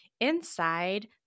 inside